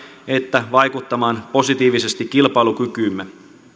että vaikuttamaan positiivisesti kilpailukykyymme